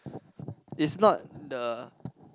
is not the